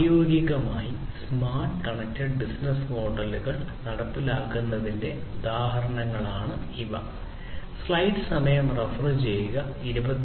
പ്രായോഗികമായി smart connected business മോഡലുകൾ നടപ്പിലാക്കുന്നതിന്റെ രണ്ട് ഉദാഹരണങ്ങളാണ് ഇവ